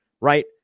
right